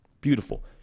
Beautiful